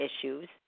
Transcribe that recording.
issues